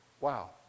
wow